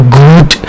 good